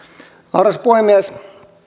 arvoisa puhemies